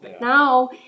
Now